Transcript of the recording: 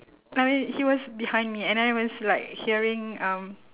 I mean he was behind me and then I was like hearing um